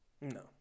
No